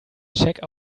check